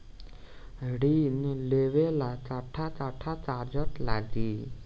ऋण लेवेला कट्ठा कट्ठा कागज लागी?